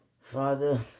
Father